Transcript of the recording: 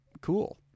cool